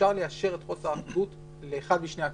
אפשר ליישר את חוסר האחידות לאחד משני הכיוונים.